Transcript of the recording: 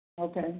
okay